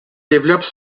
développe